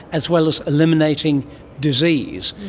as well as eliminating disease,